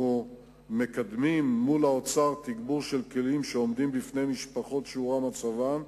אנחנו מקדמים מול האוצר תגבור של כלים שעומדים בפני משפחות שהורע מצבן,